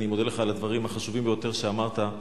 אני מודה לך על הדברים החשובים ביותר שאמרת.